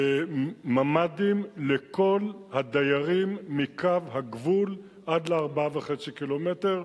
ממ"דים לכל הדיירים מקו הגבול עד ל-4.5 קילומטר,